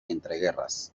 entreguerras